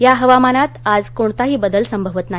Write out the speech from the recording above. या हवामानात आज कोणताही बदल संभवत नाही